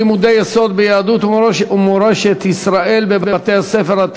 לימודי יסוד ביהדות ומורשת ישראל בבתי-הספר),